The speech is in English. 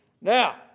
Now